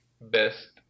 best